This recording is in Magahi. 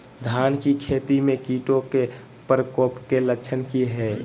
धान की खेती में कीटों के प्रकोप के लक्षण कि हैय?